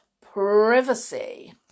privacy